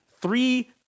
Three